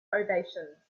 ovations